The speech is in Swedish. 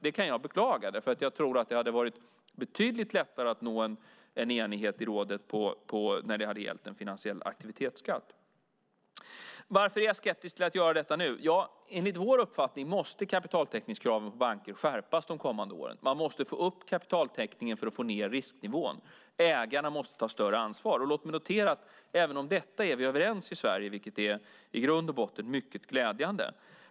Det kan jag beklaga därför att jag tror att det hade varit betydligt lättare att nå en enighet i rådet om en finansiell aktivitetsskatt. Varför är jag skeptisk till att göra detta nu? Enligt vår uppfattning måste kapitaltäckningskraven på banker skärpas de kommande åren. Man måste få upp kapitaltäckningen för att få ned risknivån. Ägarna måste ta större ansvar. Låt mig notera att vi är överens även om detta i Sverige, vilket i grund och botten är mycket glädjande.